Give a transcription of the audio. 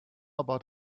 about